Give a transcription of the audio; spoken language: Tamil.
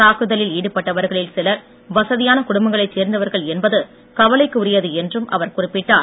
தாக்குதலில் ஈடுபட்டவர்களில் சிலர் வசதியான குடும்பங்களைச் சேர்ந்தவர்கள் என்பது கவலைக்குரியது என்றும் அவர் குறிப்பிட்டார்